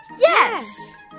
Yes